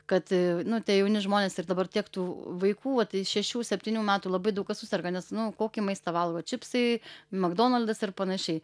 kad tie jauni žmonės ir dabar tiek tų vaikų vat šešių septynių metų labai daug kas suserga nes nu kokį maistą valgo čipsai makdonaldas ir panašiai